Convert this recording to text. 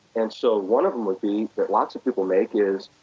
and so one of them would be, that lots of people make is,